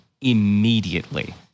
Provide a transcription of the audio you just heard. immediately